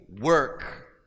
work